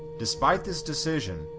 despite this decision,